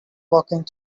walking